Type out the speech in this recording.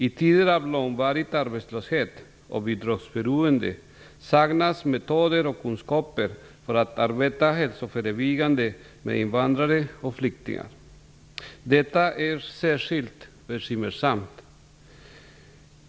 I tider av långvarig arbetslöshet och bidragsberoende saknas metoder och kunskaper för att arbeta hälsoförebyggande bland invandrare och flyktingar. Detta är särskilt bekymmersamt.